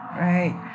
right